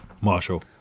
Marshall